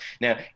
Now